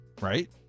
right